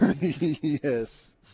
Yes